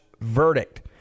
verdict